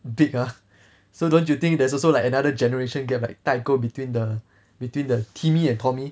big ah so don't you think there's also like another generation gap like 代沟 between the between the timmy and tommy